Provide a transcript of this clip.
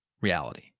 reality